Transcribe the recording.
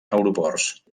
aeroports